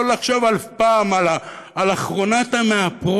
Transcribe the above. לא לחשוב אף פעם על אחרונת המאפרות,